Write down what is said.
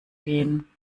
gehen